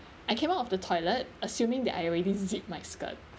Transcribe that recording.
I came out of the toilet assuming that I already zip my skirt